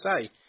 say